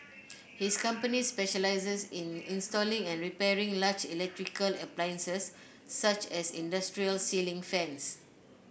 his company specialises in installing and repairing large electrical appliances such as industrial ceiling fans